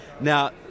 Now